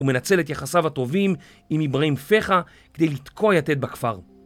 ומנצל את יחסיו הטובים עם אברהים פחה כדי לתקוע יתד בכפר